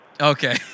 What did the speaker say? Okay